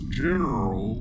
general